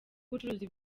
ubucuruzi